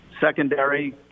secondary